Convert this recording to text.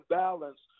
balance